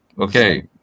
okay